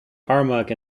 armagh